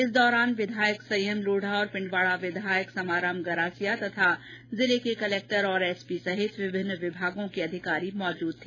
इस दौरान विधायक संयम लोढा और पिंडवाड़ा विधायक समाराम गरासिया तथा जिले के कलक्टर और एसपी सहित विभिन्न विभागों के अधिकारी मौजूद रहे